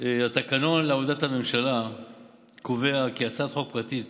התקנון לעבודת הממשלה קובע כי הצעת חוק פרטית